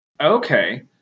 Okay